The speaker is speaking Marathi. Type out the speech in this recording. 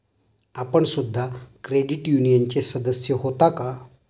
आपण सुद्धा क्रेडिट युनियनचे सदस्य होता का?